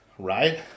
Right